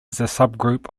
subgroup